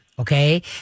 Okay